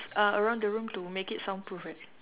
a~ around the room to make it soundproof right